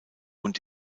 und